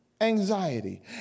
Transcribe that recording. anxiety